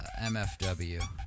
MFW